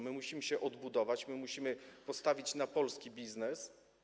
My musimy się budować, my musimy postawić na polski biznes.